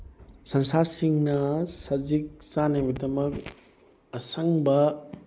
ꯁꯟꯁꯥꯁꯤꯡꯅ ꯁꯖꯤꯛ ꯆꯥꯅꯕꯒꯤꯗꯃꯛ ꯑꯁꯪꯕ